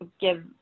give